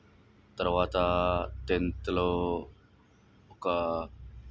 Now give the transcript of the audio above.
తర్వాత టెన్త్లో ఒక